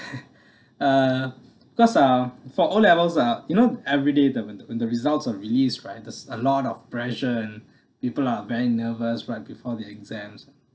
uh because uh for O levels uh you know everyday the when the when the results are released right there's a lot of pressure and people are very nervous right before the exams